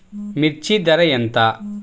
మిర్చి ధర ఎంత?